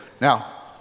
Now